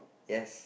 yes